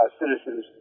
citizens